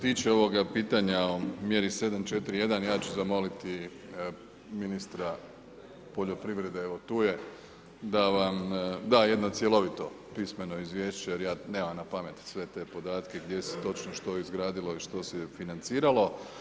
Što se tiče ovoga pitanja o mjeri 7.4.1. ja ću zamoliti ministra poljoprivrede, evo tu je, da vam da jedno cjelovito pismeno izvješće jer ja nemam na pamet sve te podatke gdje se točno što izgradilo i što se je financiralo.